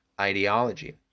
ideology